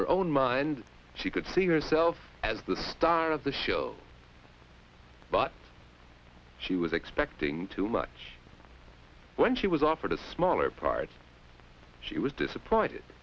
your own mind she could see herself as the star of the show but she was expecting too much when she was offered a smaller part she was disappointed